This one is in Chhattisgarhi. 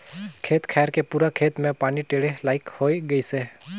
खेत खायर के पूरा खेत मे पानी टेंड़े लईक होए गइसे